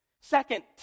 second